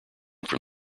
from